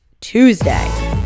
Tuesday